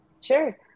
Sure